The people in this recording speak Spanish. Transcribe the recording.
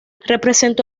representó